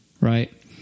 right